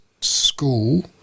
school